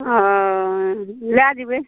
ओ लै जएबै